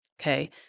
okay